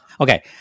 Okay